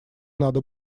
надо